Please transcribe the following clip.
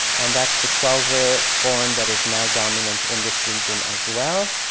and that's the twelver form that is now dominant in this region as well.